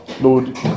Lord